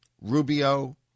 Rubio